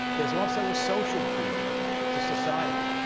there's also a social premium to society,